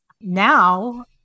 Now